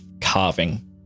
carving